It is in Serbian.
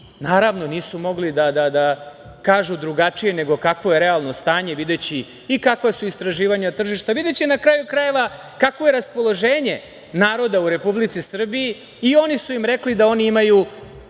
naravno nisu mogli da kažu drugačije nego kakvo je realno stanje videći i kakva su istraživanja na tržištu, videće, na kraju krajeva, kakvo je raspoloženje naroda u Republici Srbiji i oni su im rekli da oni imaju